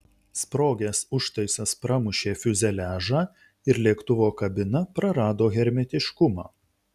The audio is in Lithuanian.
sprogęs užtaisas pramušė fiuzeliažą ir lėktuvo kabina prarado hermetiškumą